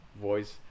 voice